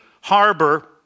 harbor